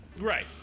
Right